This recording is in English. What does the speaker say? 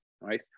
right